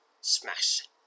smash